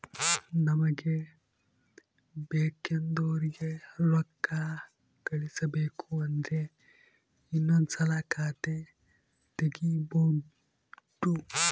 ನಮಗೆ ಬೇಕೆಂದೋರಿಗೆ ರೋಕ್ಕಾ ಕಳಿಸಬೇಕು ಅಂದ್ರೆ ಇನ್ನೊಂದ್ಸಲ ಖಾತೆ ತಿಗಿಬಹ್ದ್ನೋಡು